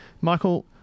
Michael